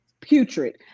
putrid